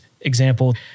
example